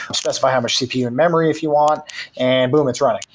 um specify how much cpu and memory if you want and boom, it's running,